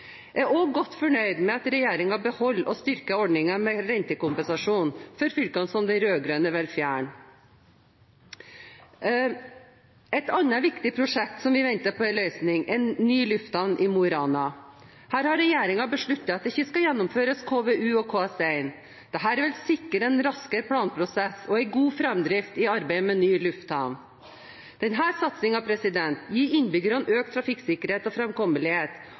Jeg er også godt fornøyd med at regjeringen beholder og styrker ordningen med rentekompensasjon for fylkene, som de rød-grønne ville fjerne. Et annet viktig prosjekt som venter på en løsning, er ny lufthavn i Mo i Rana. Her har regjeringen besluttet at det ikke skal gjennomføres KVU og KS1. Dette vil sikre en raskere planprosess og en god framdrift i arbeidet med en ny lufthavn. Denne satsingen gir innbyggerne økt trafikksikkerhet og